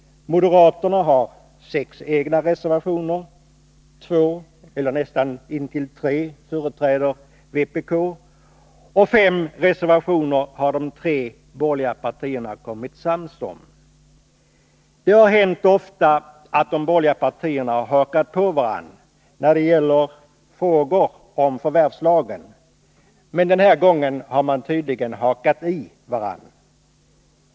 Moderaterna har sex egna reservationer, i två eller nästan tre företräds vpk, och fem reservationer har de tre borgerliga partierna kommit sams om. Det har ofta hänt att de borgerliga partierna har hakat på varandra när det gäller frågor om förvärslagen. Men den här gången har man tydligen hakat i varandra.